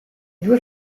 due